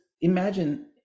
imagine